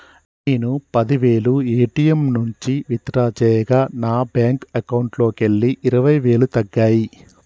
నేను పది వేలు ఏ.టీ.యం నుంచి విత్ డ్రా చేయగా నా బ్యేంకు అకౌంట్లోకెళ్ళి ఇరవై వేలు తగ్గాయి